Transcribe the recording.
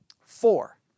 Four